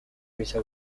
vice